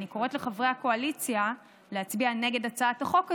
אני קוראת לחברי הקואליציה להצביע נגד הצעת החוק הזו,